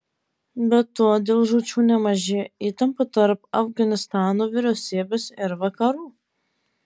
be to dėl žūčių nemažėja įtampa tarp afganistano vyriausybės ir vakarų